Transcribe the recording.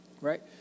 right